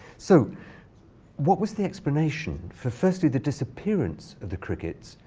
so what was the explanation for firstly, the disappearance of the crickets,